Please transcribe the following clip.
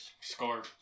Score